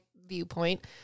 viewpoint